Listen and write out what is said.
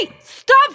Stop